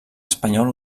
espanyol